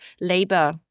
labor